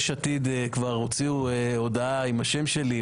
עתיד כבר הוציאו הודעה עם השם שלי.